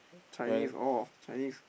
Chinese orh Chinese